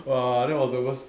!wah! that was the worst